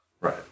Right